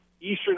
Eastern